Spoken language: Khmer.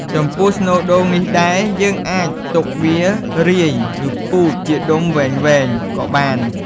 ចំពោះស្នូលដូងនេះដែរ យើងអាចទុកវារាយ ឬពូតជាដុំវែងៗក៏បាន។